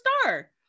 Star